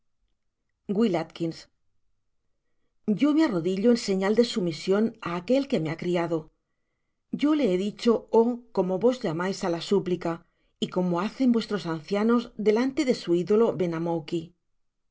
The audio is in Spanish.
a yo me arrodillo en señal de sumision á aquel que me ha criado yo le he dicho o como vos llamais á la súplica y como hacen vuestros ancianos delante de su ídolo